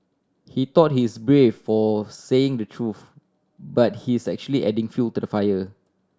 he thought he's brave for saying the truth but he's actually adding fuel to the fire